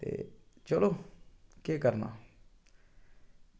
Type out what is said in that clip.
ते चलो केह् करना